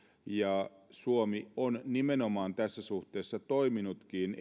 ja suomi on nimenomaan tässä suhteessa toiminutkin